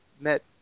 met